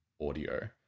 audio